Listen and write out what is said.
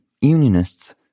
Unionists